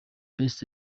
best